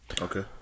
Okay